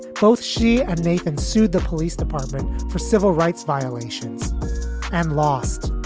both she and nathan sued the police department for civil rights violations and lost.